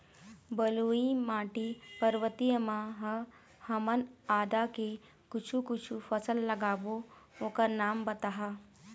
बलुई माटी पर्वतीय म ह हमन आदा के कुछू कछु फसल लगाबो ओकर नाम बताहा?